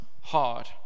hard